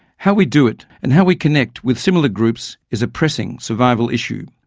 how we do it and how we connect with similar groups is a pressing survival issue.